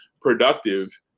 productive